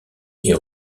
est